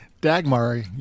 dagmar